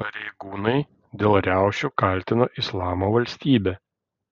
pareigūnai dėl riaušių kaltino islamo valstybę